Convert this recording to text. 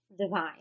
divine